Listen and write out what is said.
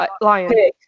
Lion